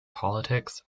politics